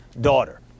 daughter